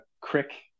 crick